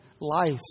life